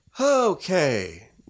Okay